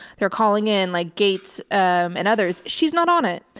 they're calling in like gates and others. she's not on it,